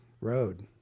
road